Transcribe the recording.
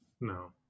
no